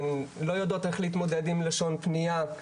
הן לא יודעות כיצד להתמודד עם לשון פנייה,